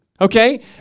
okay